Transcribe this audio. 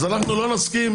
אז אנחנו לא נסכים.